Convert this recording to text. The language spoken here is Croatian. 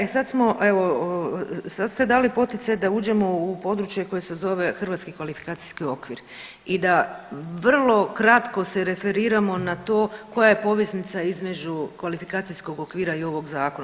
E sad smo evo sad ste dali poticaj da uđemo u područje koje se zove hrvatski kvalifikacijski okvir i da vrlo kratko se referiramo na to koja je poveznica između kvalifikacijskog okvira i ovog zakona.